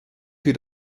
für